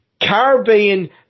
Caribbean